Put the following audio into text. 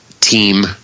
team